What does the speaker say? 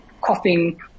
coughing